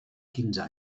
quinze